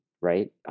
right